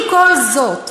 עם כל זאת,